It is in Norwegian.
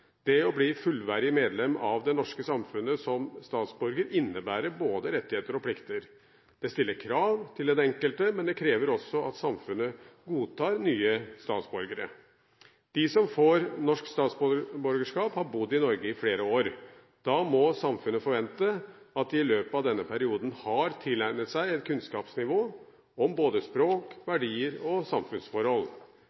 Det å bli fullverdig medlem av det norske samfunnet som statsborger innebærer både rettigheter og plikter. Det stiller krav til den enkelte, men det krever også at samfunnet godtar nye statsborgere. De som får norsk statsborgerskap, har bodd i Norge i flere år. Da må samfunnet forvente at de i løpet av denne perioden har tilegnet seg et kunnskapsnivå om både språk,